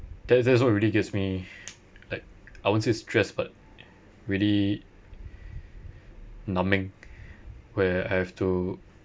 that's that's what really gets me like I won't say stressed but really numbing where I have to